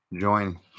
Join